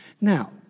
Now